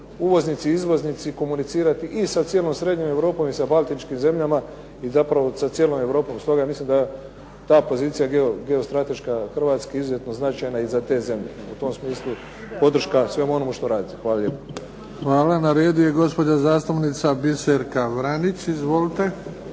uvoznici izvoznici komunicirati i sa cijelom Srednjom Europom i sa Baltičkim zemljama i zapravo sa cijelom Europom. Stoga mislim da ta pozicija geostrateška Hrvatske izuzetno značajna i za te zemlje. U tom smislu podrška svemu onome što radite. Hvala lijepo. **Bebić, Luka (HDZ)** Hvala. Na redu je gospođa zastupnica Biserka Vranić. Izvolite.